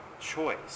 choice